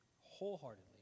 wholeheartedly